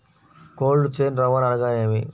Cold chain రవాణా అనగా నేమి?